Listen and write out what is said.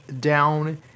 down